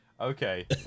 Okay